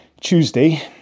Tuesday